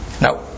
Now